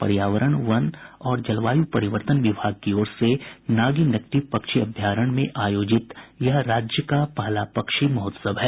पर्यावरण वन और जलवायू परिवर्तन विभाग की ओर से नागी नकटी पक्षी अभ्यारण्य में आयोजित यह राज्य का पहला पक्षी महोत्सव है